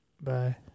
Bye